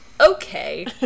okay